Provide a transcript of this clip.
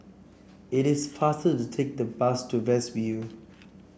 it is faster to take the bus to View